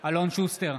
אלון שוסטר,